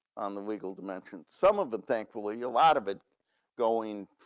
on the legal dimension, some of the thankfully a lot of it going